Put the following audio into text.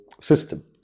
system